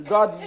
God